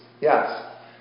Yes